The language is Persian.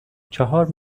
چهار